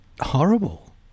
horrible